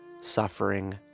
suffering